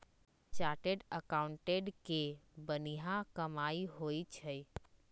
chartered accountant के बनिहा कमाई होई छई